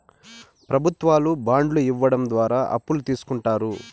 ప్రభుత్వాలు బాండ్లు ఇవ్వడం ద్వారా అప్పులు తీస్కుంటారు